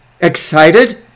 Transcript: excited